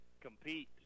compete